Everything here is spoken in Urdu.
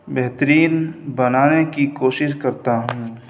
بہترین بنانے کی کوشش کرتا ہوں